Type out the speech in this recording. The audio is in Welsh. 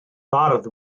bardd